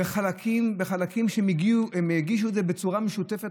בחלקים שהם הגישו את זה בצורה משותפת,